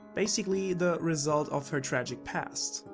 basically, the result of her tragic past.